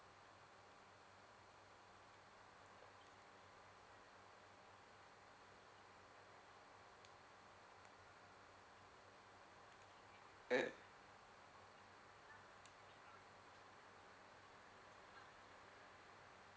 mm